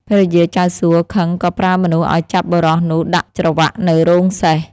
ភរិយាចៅសួខឹងក៏ប្រើមនុស្សឱ្យចាប់បុរសនោះដាក់ច្រវាក់នៅរោងសេះ។